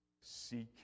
Seek